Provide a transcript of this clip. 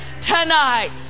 tonight